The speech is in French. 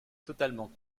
totalement